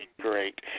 great